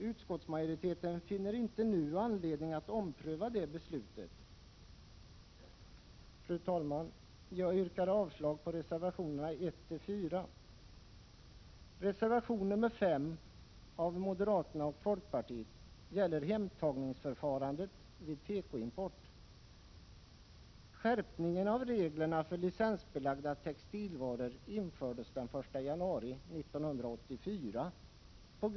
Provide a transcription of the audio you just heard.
Utskottsmajoriteten finner inte nu anledning att ompröva det beslutet. Fru talman! Jag yrkar avslag på reservationerna 14.